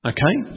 Okay